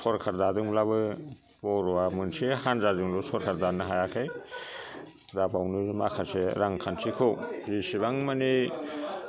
सरकार दादोंब्लाबो बर'आ मोनसे हान्जाजोंल' सरकार दानो हायाखै दा बावनो माखासे रांखान्थिखौ जेसेबां मानि